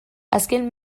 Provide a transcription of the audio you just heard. azken